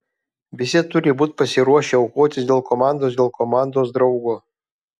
visi turi būti pasiruošę aukotis dėl komandos dėl komandos draugo